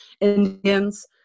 Indians